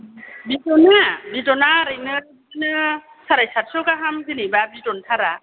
बिदना बिदना ओरैनो बिदिनो साराइ सातस' गाहाम जेन'बा बिदन थारा